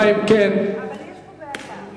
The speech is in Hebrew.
אבל יש פה בעיה.